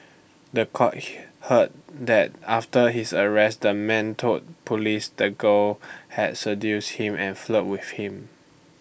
The Court heard that after his arrest the man told Police the girl had seduced him and flirted with him